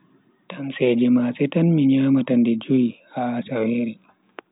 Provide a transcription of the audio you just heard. Tamseeje maase tan mi nyamata nde jui ha asawere.